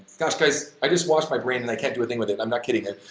gosh, guys, i just washed my brain and i can't do a thing with it, i'm not kidding it.